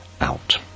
out